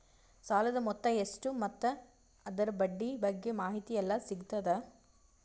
ಸಾಲದ ಮೊತ್ತ ಎಷ್ಟ ಮತ್ತು ಅದರ ಬಡ್ಡಿ ಬಗ್ಗೆ ಮಾಹಿತಿ ಎಲ್ಲ ಸಿಗತದ?